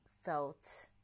felt